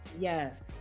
Yes